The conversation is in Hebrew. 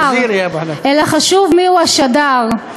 אלא חשוב מיהו השדר.